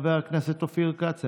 חבר הכנסת אופיר כץ,